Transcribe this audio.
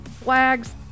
flags